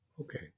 Okay